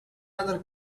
other